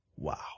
Wow